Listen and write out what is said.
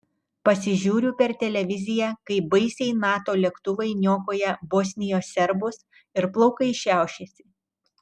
pasižiūriu per televiziją kaip baisiai nato lėktuvai niokoja bosnijos serbus ir plaukai šiaušiasi